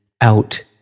out